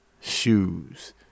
shoes